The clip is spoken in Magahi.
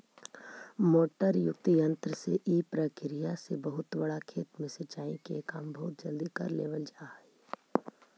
मोटर युक्त यन्त्र से इ प्रक्रिया से बहुत बड़ा खेत में सिंचाई के काम बहुत जल्दी कर लेवल जा हइ